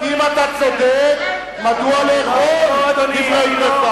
אם אתה צודק, מדוע לאכול דברי טרפה?